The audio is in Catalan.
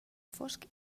fosc